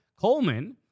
Coleman